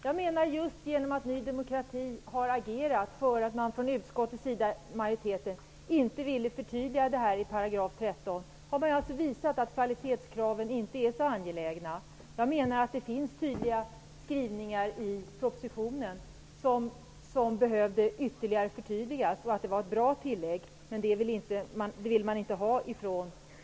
Fru talman! Just detta att Ny demokrati har agerat för att utskottsmajoriteten inte skulle förtydliga skrivningen i 13 b § visar att kvalitetskraven inte är så angelägna. Jag menar att vissa skrivningar i propositionen behöver förtydligas ytterligare, och det föreslagna tillägget var bra. Men majoriteten ville inte ha det.